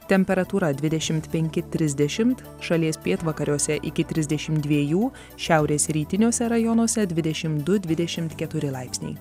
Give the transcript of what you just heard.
temperatūra dvidešimt penki trisdešimt šalies pietvakariuose iki trisdešim dviejų šiaurės rytiniuose rajonuose dvidešim du dvidešimt keturi laipsniai